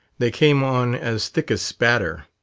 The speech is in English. they came on as thick as spatter.